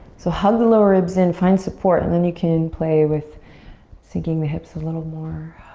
so hug the lower ribs in, find support. and then you can play with sinking the hips a little more.